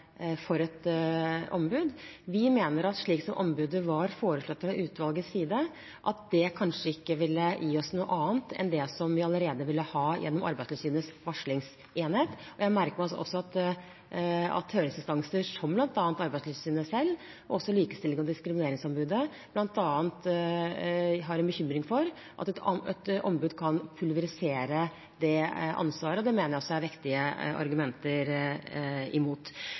for et ombud. Vi mener at et ombud slik det var foreslått fra utvalgets side, kanskje ikke ville gi oss noe annet enn det som vi allerede ville ha gjennom Arbeidstilsynets varslingsenhet. Jeg merker meg også at høringsinstanser som bl.a. Arbeidstilsynet selv, men også Likestillings- og diskrimineringsombudet, er bekymret for at et ombud kan pulverisere det ansvaret, og det mener jeg også er vektige argumenter imot.